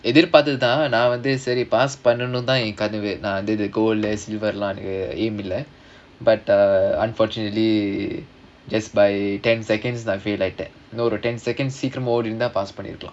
எதிர்பார்த்ததுதான் நான் வந்து சரி:edhirpaarthathuthaan naan vandhu sari pass பண்ணனும் தான்:pannanumnu thaan aim பண்ணது நான் வந்து:pannathu naan vandhu but uh unfortunately just by ten seconds I feel like that ten second fail ஆகிட்டேன் இன்னொரு:agittaen innoru ten seconds சீக்கிரமா ஓடிருந்தா:seekkiramaa odirunthaa pass பண்ணிருக்கலாம்:pannirukkalaam